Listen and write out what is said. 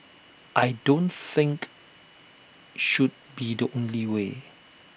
I don't think should be the only way